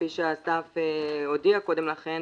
כפי שאסף הודיע קודם לכן,